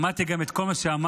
שמעתי גם את כל מה שאמרת,